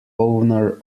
owner